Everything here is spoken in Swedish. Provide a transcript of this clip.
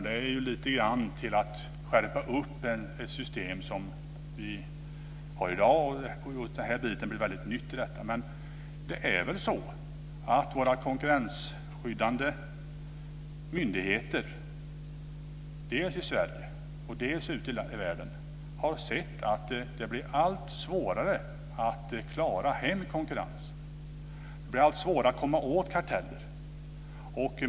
Det är lite grann att skärpa upp det system som vi har i dag. Den här biten är väldigt ny. Men det är väl så att våra konkurrensskyddande myndigheter dels i Sverige, dels ute i världen har sett att det blir allt svårare att klara konkurrensen. Det blir allt svårare att komma åt karteller.